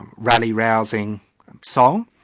and rally-rousing song,